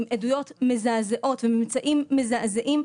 עם עדויות מזעזעות וממצאים מזעזעים.